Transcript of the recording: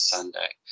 Sunday